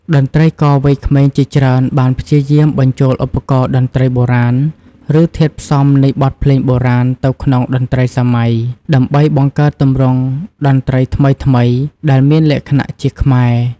តន្ត្រីករវ័យក្មេងជាច្រើនបានព្យាយាមបញ្ចូលឧបករណ៍តន្ត្រីបុរាណ ឬធាតុផ្សំនៃបទភ្លេងបុរាណទៅក្នុងតន្ត្រីសម័យ ដើម្បីបង្កើតទម្រង់តន្ត្រីថ្មីៗដែលមានលក្ខណៈជាខ្មែរ។